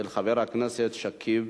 של חבר הכנסת שכיב